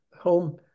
home